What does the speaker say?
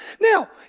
Now